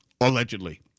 allegedly